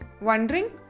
wondering